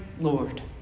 Lord